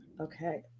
Okay